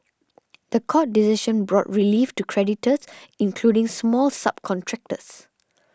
the court decision brought relief to creditors including small subcontractors